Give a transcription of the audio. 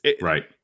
Right